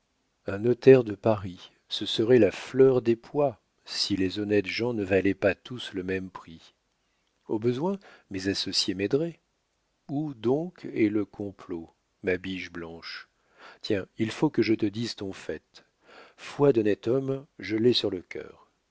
un notaire de paris ce serait la fleur des pois si les honnêtes gens ne valaient pas tous le même prix au besoin mes associés m'aideraient où donc est le complot ma biche blanche tiens il faut que je te dise ton fait foi d'honnête homme je l'ai sur le cœur